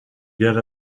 get